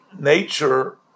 nature